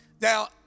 Now